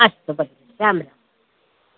अस्तु भगिनि रां रां